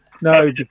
No